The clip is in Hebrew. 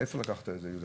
מאיפה לקחת את זה, יהודה?